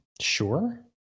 Sure